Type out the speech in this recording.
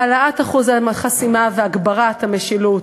העלאת אחוז החסימה והגברת המשילות.